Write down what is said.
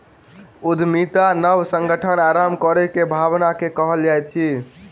उद्यमिता नब संगठन आरम्भ करै के भावना के कहल जाइत अछि